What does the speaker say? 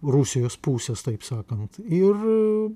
rusijos pusės taip sakant ir